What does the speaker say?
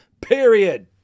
period